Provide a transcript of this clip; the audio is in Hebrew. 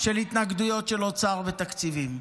של התנגדויות של אוצר ותקציבים.